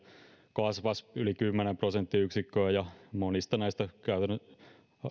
kasvaisi yli kymmenen prosenttiyksikköä ja monista näistä